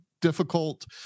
difficult